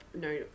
no